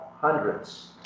hundreds